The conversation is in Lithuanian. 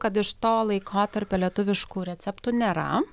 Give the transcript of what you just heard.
kad iš to laikotarpio lietuviškų receptų nėra